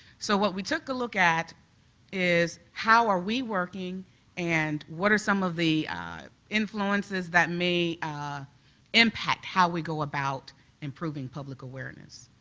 so what we took a look at how are we working and what are some of the influences that may impact how we go about improving public awareness?